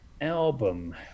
album